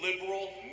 liberal